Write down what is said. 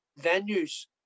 venues